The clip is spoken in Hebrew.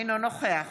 אינו נוכח